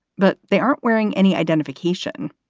but they aren't wearing any identification.